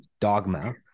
dogma